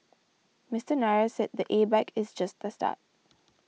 Mister Nair said the A bike is just the start